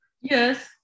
Yes